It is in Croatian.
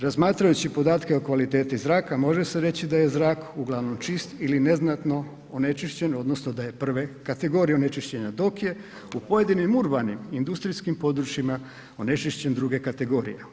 Razmatrajući podatke o kvaliteti zraka može se reći da je zrak uglavnom čist ili neznatno onečišćen odnosno da je prve kategorije onečišćenja, dok je u pojedinim urbanim industrijskim područjima onečišćen druge kategorije.